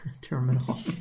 terminal